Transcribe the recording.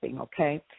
okay